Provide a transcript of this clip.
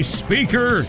speaker